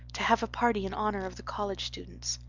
to have a party in honor of the college students,